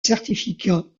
certificat